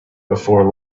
before